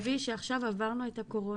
תחשבי שעכשיו עברנו את הקורונה,